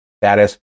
status